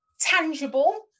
tangible